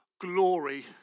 glory